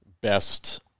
best